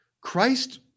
Christ